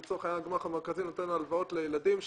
לצורך העניין הגמ"ח המרכזי נותן הלוואות לילדים שמתחתנים.